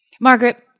margaret